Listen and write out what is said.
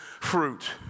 fruit